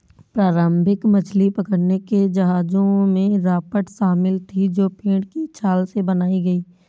प्रारंभिक मछली पकड़ने के जहाजों में राफ्ट शामिल थीं जो पेड़ की छाल से बनाई गई